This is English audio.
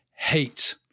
hate